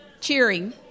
cheering